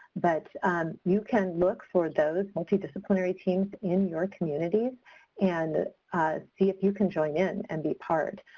but you can look for those multidisciplinary teams in your communities and see if you can join in and be part.